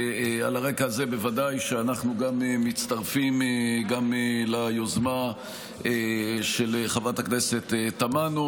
על הרקע הזה בוודאי אנחנו מצטרפים גם ליוזמה של חברת הכנסת תמנו,